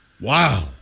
Wow